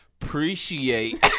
appreciate